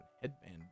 headband